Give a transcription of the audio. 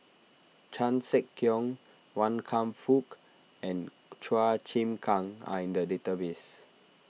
Chan Sek Keong Wan Kam Fook and Chua Chim Kang are in the database